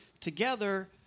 together